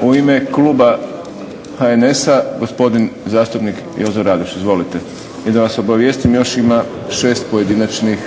U ime kluba HNS-a gospodin zastupnik Jozo Radoš. Izvolite. I da vas obavijestim još ima 6 pojedinačnih